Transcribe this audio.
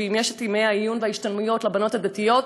ואם יש ימי עיון לבנות דתיות,